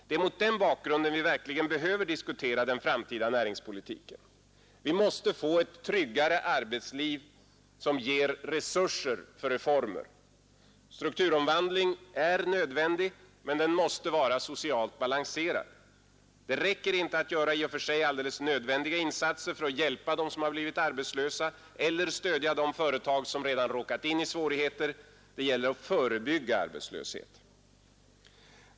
Det är mot den bakgrunden vi verkligen behöver diskutera den framtida näringspolitiken. Vi måste få ett tryggare arbetsliv som ger resurser för reformer. Strukturomvandling är nödvändig. Men den måste vara socialt balanserad. Det räcker inte att göra i och för sig alldeles nödvändiga insatser för att hjälpa dem som har blivit arbetslösa eller stödja de företag som redan råkat in i svårigheter. Det gäller att förebygga arbetslöshet.